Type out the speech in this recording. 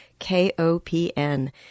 KOPN